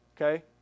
Okay